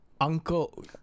uncle